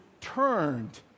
turned